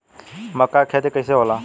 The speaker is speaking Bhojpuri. मका के खेती कइसे होला?